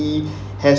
if has